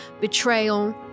betrayal